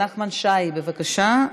נחמן שי, בבקשה.